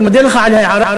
אני מודה לך על ההערה,